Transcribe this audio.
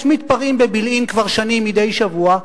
יש מתפרעים בבילעין כבר שנים מדי שבוע,